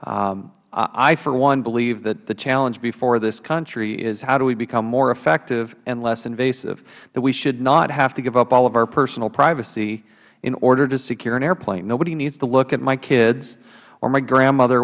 i for one believe that the challenge before this country is how do we become more effective and less invasive that we should not have to give up all of our personal privacy in order to secure an airplane nobody needs to look at my kid or my grandmother